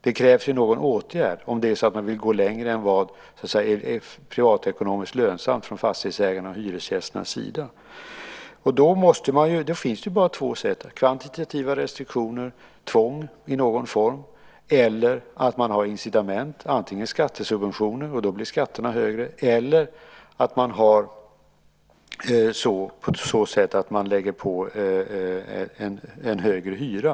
Det krävs någon åtgärd om man vill gå längre än vad som är privatekonomiskt lönsamt från fastighetsägarnas och hyresgästernas sida. Då finns det bara två sätt: kvantitativa restriktioner, alltså tvång i någon form, eller incitament, antingen skattesubventioner - och då blir skatterna högre - eller högre hyra.